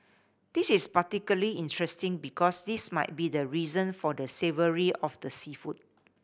this is particularly interesting because this might be the reason for the savoury of the seafood